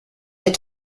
des